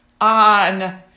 on